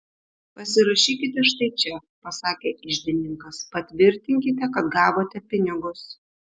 pasirašykite štai čia pasakė iždininkas patvirtinkite kad gavote pinigus